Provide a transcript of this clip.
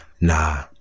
Nah